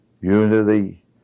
unity